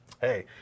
Hey